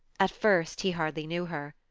at first he hardly knew her.